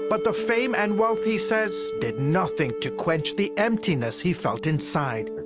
but the fame and wealth, he says, did nothing to quench the emptiness he felt inside.